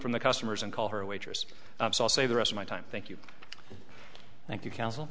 from the customers and call her a waitress so i'll say the rest of my time thank you thank you counsel